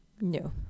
No